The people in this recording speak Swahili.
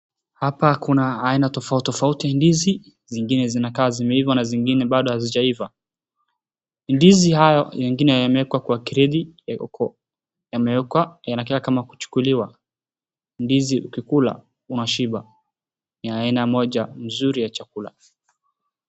Hapa kuna aina tofauti tofauti ya ndizi. Zingine zinakaa zimeiva na zingine bado hazijaiva. Ndizi hayo, yengine yamewekwa kwa kreti, yamewekwa, yanakaa kama kuchukuliwa. Ndizi ukikula unashiba. Ni aina moja nzuri ya chakula.